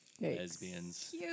Lesbians